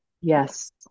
Yes